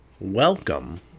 welcome